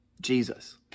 Jesus